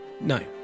no